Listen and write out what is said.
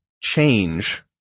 change